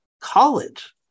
college